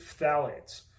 phthalates